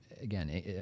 again